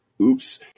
oops